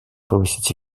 повысить